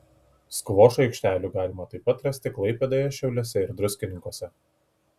skvošo aikštelių galima taip pat rasti klaipėdoje šiauliuose ir druskininkuose